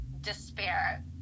despair